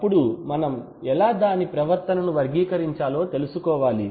అప్పుడు మనం ఎలా దాని ప్రవర్తన ను వర్గీకరించాలో తెలుసుకోవాలి